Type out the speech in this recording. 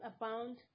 abound